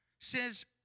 Says